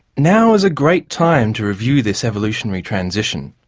now is a great time to review this evolutionary transition.